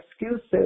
excuses